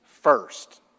first